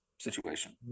situation